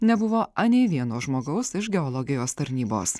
nebuvo anei vieno žmogaus iš geologijos tarnybos